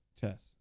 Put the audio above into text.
Chess